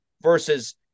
versus